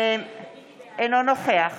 אינו נוכח